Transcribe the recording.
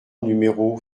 numéro